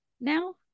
now